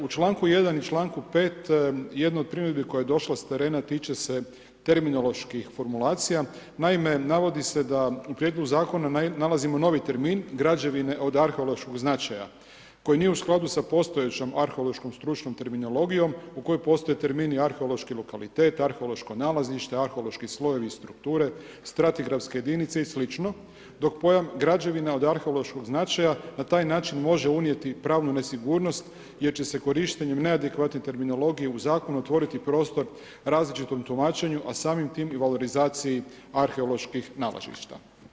U članku 1. i članku 5. jedna od primjedbi koja je došla s terena tiče se terminoloških formulacija, naime navodi se da u prijedlogu zakona nalazimo novi termin građevine od arheološkog značaja koji nije u skladu s postojećom arheološkom stručnom terminologijom u kojoj postoji termini arheološki lokalitet, arheološko nalazište, arheološki slojevi i strukture, stratigrafske jedinice i sl. dok pojam građevina od arheološkog značaja na taj način može unijet pravnu nesigurnost jer će se korištenjem neadekvatne terminologije u zakonu otvoriti prostor različitom tumačenju a samim time i valorizaciji arheoloških nalazišta.